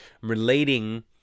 relating